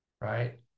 right